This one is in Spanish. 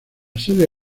sede